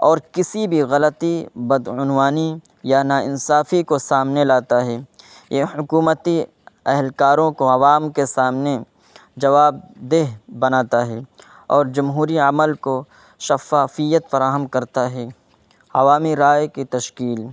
اور کسی بھی غلطی بدعنوانی یا ناانصافی کو سامنے لاتا ہے یہ حکومتی اہلکاروں کو عوام کے سامنے جوابدہ بناتا ہے اور جمہوری عمل کو شفافیت فراہم کرتا ہے عوامی رائے کی تشکیل